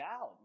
out